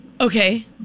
Okay